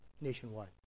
nationwide